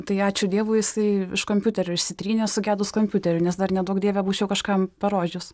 tai ačiū dievui jisai iš kompiuterio išsitrynė sugedus kompiuteriui nes dar neduok dieve būčiau kažkam parodžius